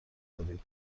داری